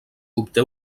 obté